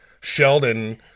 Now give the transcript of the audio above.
Sheldon